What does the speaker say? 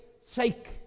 sake